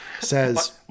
says